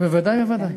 בוודאי ובוודאי.